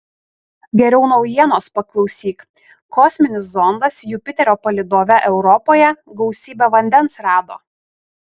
geriau naujienos paklausyk kosminis zondas jupiterio palydove europoje gausybę vandens rado